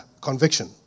conviction